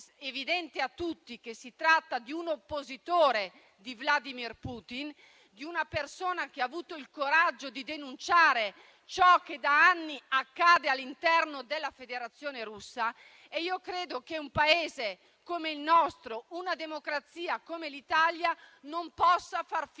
evidente a tutti che si tratta di un oppositore di Vladimir Putin e di una persona che ha avuto il coraggio di denunciare ciò che da anni accade all'interno della Federazione Russa e io credo che un Paese come il nostro, una democrazia come l'Italia, non possa far finta